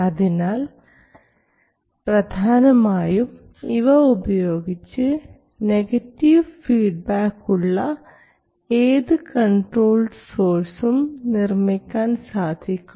അതിനാൽ പ്രധാനമായും ഇവ ഉപയോഗിച്ച് നെഗറ്റീവ് ഫീഡ്ബാക്ക് ഉള്ള ഏതു കൺട്രോൾഡ് സോഴ്സും നിർമ്മിക്കാൻ സാധിക്കും